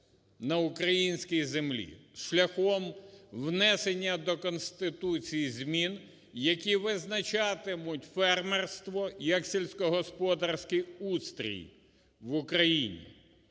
на українській землі шляхом внесення до Конституції змін, які визначатимуть фермерство як сільськогосподарський устрій в Україні.